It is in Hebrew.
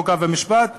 חוק ומשפט ונמשיך.